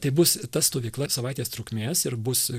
tai bus ta stovykla savaitės trukmės ir bus